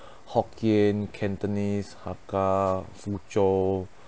hokkien cantonese hakka foochow